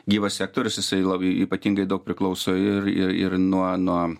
gyvas sektorius jisai la ypatingai daug priklauso ir ir ir nuo nuo